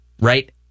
right